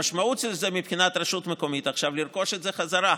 המשמעות של זה מבחינת הרשות המקומית היא לרכוש את זה בחזרה.